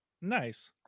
Nice